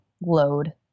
load